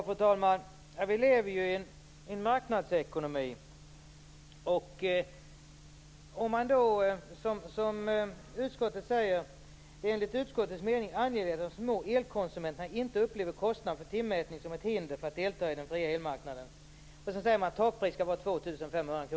Fru talman! Vi lever i en marknadsekonomi. Utskottet skriver att det enligt utskottets mening är angeläget att de små elkonsumenterna inte upplever kostnaden för timmätning som ett hinder för att delta i den fria elmarknaden. Sedan föreslår man ett pristak på 2 500 kr.